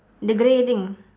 the grey thing